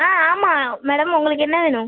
ஆ ஆமாம் மேடம் உங்களுக்கு என்ன வேணும்